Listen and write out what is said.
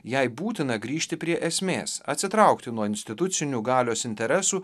jei būtina grįžti prie esmės atsitraukti nuo institucinių galios interesų